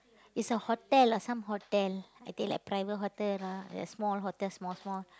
it's a hotel uh some hotel I think like private hotel ah like small hotel small small